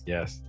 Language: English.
Yes